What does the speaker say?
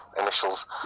initials